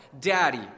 Daddy